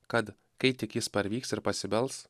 kad kai tik jis parvyks ir pasibels